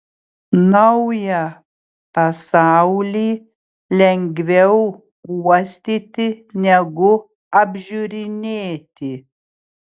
naują pasaulį lengviau uostyti negu apžiūrinėti